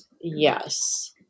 Yes